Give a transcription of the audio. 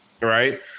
right